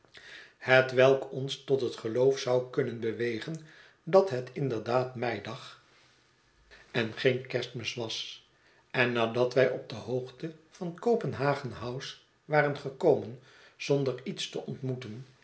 hetwelk ons tot het geloof zou kunnen bewegen dat het inderdaad meidag en geen kerstmis was en nadat wij op de hoogte van copenhagen house waren gekomen zonder iets te ontmoeten